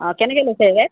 অঁ কেনেকৈ লৈছে ৰেট